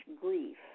grief